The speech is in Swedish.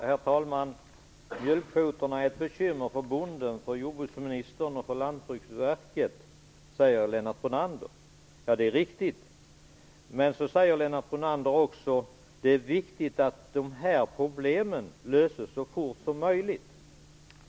Herr talman! Mjölkkvoterna är ett bekymmer för bonden, för jordbruksministern och för Lantbruksverket, säger Lennart Brunander. Det är riktigt. Lennart Brunander säger också att det är viktigt att de här problemen löses så fort som möjligt.